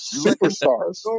superstars